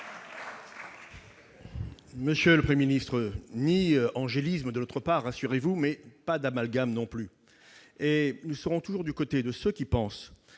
Monsieur le Premier ministre, il n'y a pas d'angélisme de notre part, rassurez-vous, mais pas d'amalgame non plus. Nous serons toujours du côté de ceux qui pensent